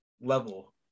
level